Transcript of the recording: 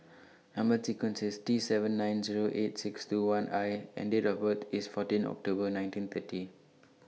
Number sequence IS T seven nine Zero eight six two one I and Date of birth IS fourteen October nineteen thirty